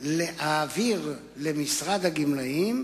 יעבירו למשרד הגמלאים,